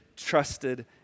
Trusted